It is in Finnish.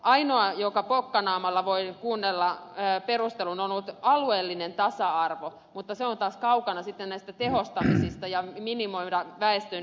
ainoa jonka osalta pokkanaamalla voi kuunnella perustelun on ollut alueellinen tasa arvo mutta se on taas kaukana sitten näistä tehostamisista ja väestön liikkumisen minimoimisesta